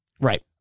Right